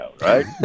Right